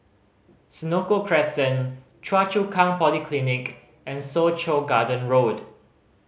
Senoko Crescent Choa Chu Kang Polyclinic and Soo Chow Garden Road